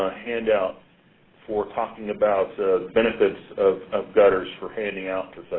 handout for talking about benefits of gutters for handing out to so